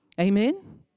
Amen